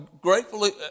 Gratefully